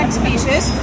species